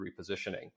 repositioning